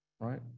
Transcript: Right